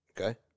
Okay